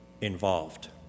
involved